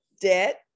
Debt